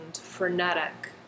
frenetic